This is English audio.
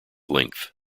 length